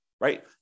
Right